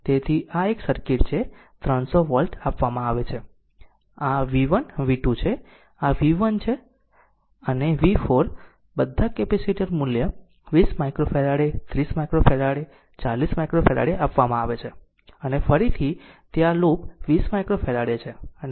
તેથી આ એક સર્કિટ છે 300 વોલ્ટ આપવામાં આવે છે આ v1 v2 છે આ વોલ્ટેજ v1 છે અને v 4બધા કેપેસિટર મૂલ્ય 20 માઈક્રોફેરાડે 30 માઈક્રોફેરાડે 40 માઈક્રોફેરાડે આપવામાં આવે છે અને ફરીથી તે આ લૂપ 20 માઈક્રોફેરાડે છે